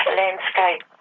landscape